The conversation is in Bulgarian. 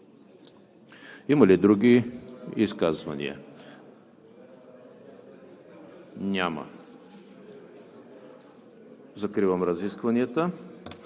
Има ли други изказвания? Няма. Закривам разискванията.